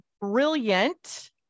brilliant